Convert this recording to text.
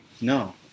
No